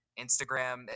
Instagram